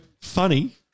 funny